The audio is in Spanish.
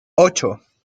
ocho